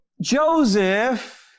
Joseph